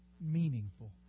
meaningful